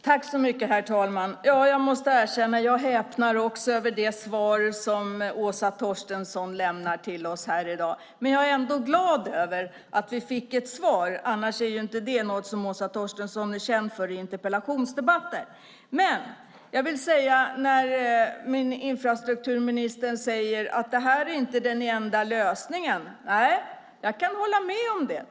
Herr talman! Jag måste erkänna att även jag häpnar över det svar som Åsa Torstensson lämnar till oss här i dag. Men jag är ändå glad över att vi fick ett svar; annars är inte det något som Åsa Torstensson är känd för i interpellationsdebatter. Infrastrukturministern säger att det här inte är den enda lösningen. Nej, jag kan hålla med om det.